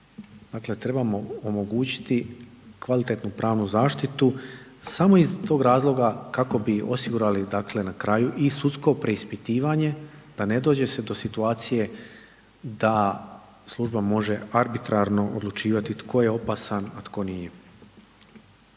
dakle trebamo omogućiti kvalitetnu pravnu zaštitu samo iz tog razloga kako bi osigurali na kraju i sudsko preispitivanje da ne dođe do situacije da služba može arbitrarno odlučivati tko je opasan, a tko nije.